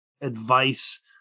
advice